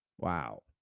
Wow